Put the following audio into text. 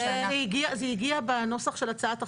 זה הגיע בנוסח של הצעת החוק.